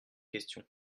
question